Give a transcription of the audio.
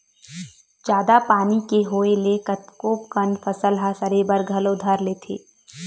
जादा पानी के होय ले कतको कन फसल ह सरे बर घलो धर लेथे